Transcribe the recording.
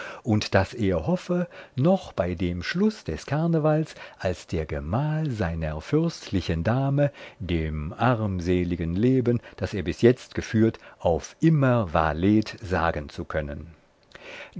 und daß er hoffe noch bei dem schluß des karnevals als der gemahl seiner fürstlichen dame dem armseligen leben das er bis jetzt geführt auf immer valet sagen zu können